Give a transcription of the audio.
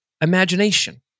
Imagination